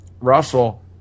Russell